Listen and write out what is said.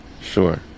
Sure